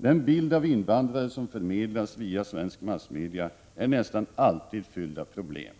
Den bild av invandrarna som förmedlas via svensk massmedia är nästan alltid fylld av problem.